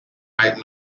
right